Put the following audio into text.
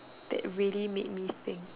that really made me think